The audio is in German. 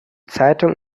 zeitung